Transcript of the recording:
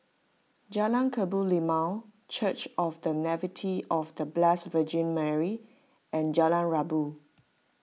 Jalan Kebun Limau Church of the Nativity of the Blessed Virgin Mary and Jalan Rabu